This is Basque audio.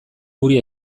guri